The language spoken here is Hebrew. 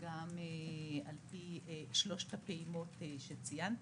וגם על פי שלוש הפעימות שציינתי.